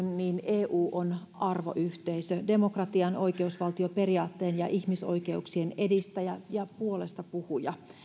eu on arvoyhteisö demokratian oikeusvaltioperiaatteen ja ihmisoikeuksien edistäjä ja puolestapuhuja